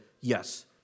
yes